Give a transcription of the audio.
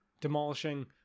demolishing